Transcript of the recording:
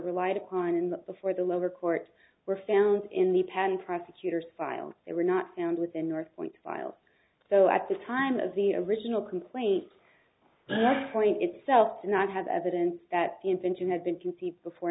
relied upon in the before the lower court were found in the pan prosecutors filed they were not found within northpoint files so at the time of the original complaint point itself does not have evidence that the invention had been conceived before